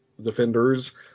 defenders